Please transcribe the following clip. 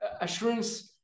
assurance